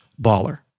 baller